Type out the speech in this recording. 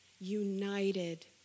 united